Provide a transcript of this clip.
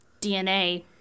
DNA